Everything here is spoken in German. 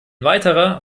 weiterer